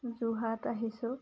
যোৰহাট আহিছোঁ